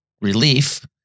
relief